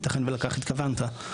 ייתכן ולכך התכוונת.